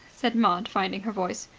said maud, finding her voice.